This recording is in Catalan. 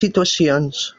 situacions